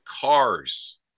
cars